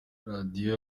radiyo